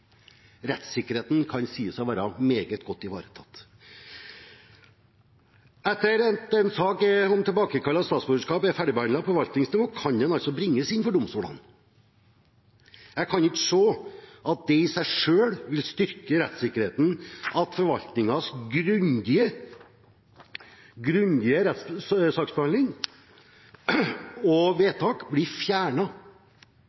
Rettssikkerheten kan sies å være meget godt ivaretatt. Etter at en sak om tilbakekall av statsborgerskap er ferdigbehandlet på forvaltningsnivå, kan den bringes inn for domstolene. Jeg kan ikke se at det i seg selv vil styrke rettssikkerheten, det at forvaltningens grundige saksbehandling og vedtak blir fjernet og